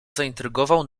zaintrygował